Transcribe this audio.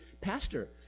Pastor